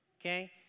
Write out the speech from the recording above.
Okay